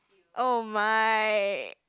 oh my